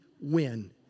win